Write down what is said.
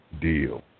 deal